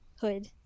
hood